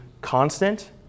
constant